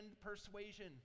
persuasion